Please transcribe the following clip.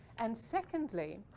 and secondly,